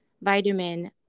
vitamin